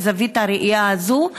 מזווית הראייה הזאת,